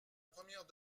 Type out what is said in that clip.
première